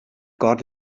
got